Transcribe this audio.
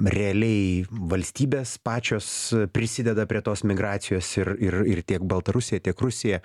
realiai valstybės pačios prisideda prie tos migracijos ir ir ir tiek baltarusija tiek rusija